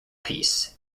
piece